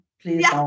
Please